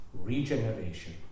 Regeneration